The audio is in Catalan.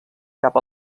cap